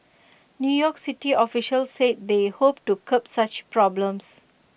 new york city officials said they hoped to curb such problems